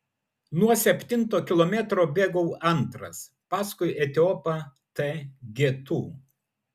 nuo septinto kilometro bėgau antras paskui etiopą t getu